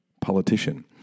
politician